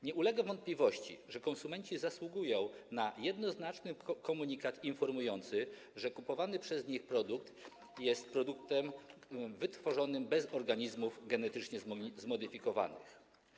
Nie ulega wątpliwości, że konsumenci zasługują na jednoznaczny komunikat informujący, że kupowany przez nich produkt jest produktem wytworzonym bez wykorzystania organizmów genetycznie zmodyfikowanych.